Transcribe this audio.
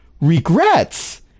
regrets